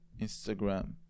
Instagram